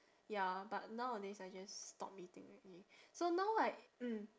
ya but nowadays I just stop eating already so now like mm